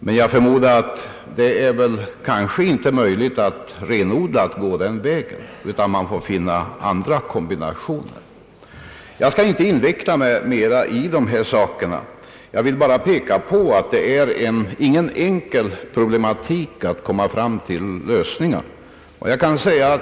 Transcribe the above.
Men jag förmodar att det inte är möjligt att renodlat gå den vägen, utan man får försöka finna kombinationer av något slag. Jag skall inte inveckla mig vidare i dessa frågor. Jag vill bara påpeka att det inte är någon enkel problematik att komma fram till lösningar.